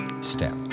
step